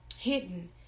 hidden